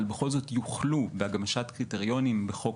אבל בכל זאת יוכלו בהגמשת קריטריונים בחוק